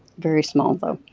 very small though.